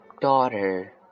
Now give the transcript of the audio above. Daughter